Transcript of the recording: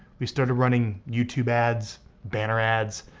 we started running youtube ads, banner ads,